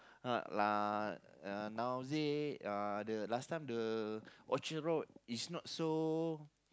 uh like uh nowadays uh the last time the Orchard-Road is not so